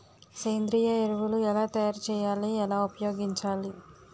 సేంద్రీయ ఎరువులు ఎలా తయారు చేయాలి? ఎలా ఉపయోగించాలీ?